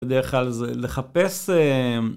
בדרך כלל זה לחפש.